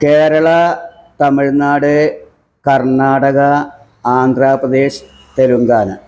Kerala Tamil Nadu Karnataka Andhra Pradesh Telangana